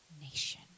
nation